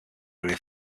area